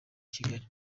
kigali